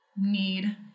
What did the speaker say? need